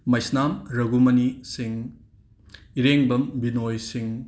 ꯃꯩꯁꯅꯝ ꯔꯥꯘꯨꯃꯅꯤ ꯁꯤꯡ ꯏꯔꯦꯡꯕꯝ ꯕꯤꯅꯣꯏ ꯁꯤꯡ